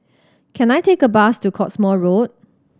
can I take a bus to Cottesmore Road